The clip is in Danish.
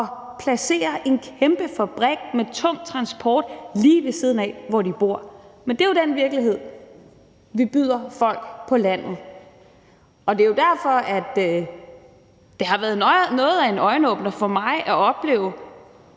der placeres en kæmpe fabrik med tung transport lige ved siden af, hvor de bor, men det er jo den virkelighed, vi byder folk på landet. Og det er jo derfor, at det har været noget af en øjenåbner for mig at opleve,